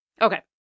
Okay